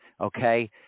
okay